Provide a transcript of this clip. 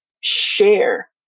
share